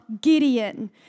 Gideon